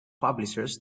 publishers